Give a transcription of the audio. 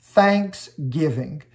thanksgiving